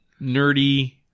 Nerdy